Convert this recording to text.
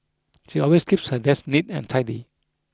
she always keeps her desk neat and tidy